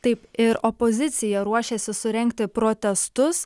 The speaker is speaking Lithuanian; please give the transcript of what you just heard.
taip ir opozicija ruošėsi surengti protestus